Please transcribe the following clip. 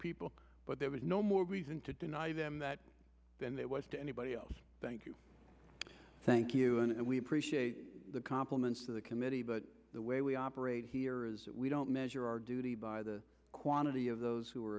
people but there is no more reason to deny them that than there was to anybody else thank you thank you and we appreciate the compliments of the committee but the way we operate here is that we don't measure our duty by the quantity of those